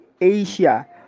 Asia